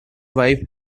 wife